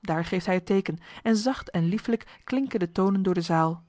daar geeft hij het teeken en zacht en lieflijk klinken de tonen door de zaal